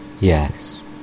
Yes